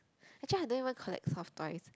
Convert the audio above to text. actually I don't even collect soft toys